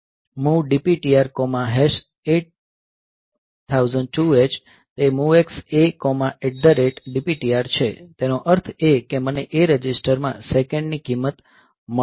MOV DPTR8002 H તે MOVX ADPTR છે તેનો અર્થ એ કે મને A રજિસ્ટરમાં સેકંડની કિંમત મળી છે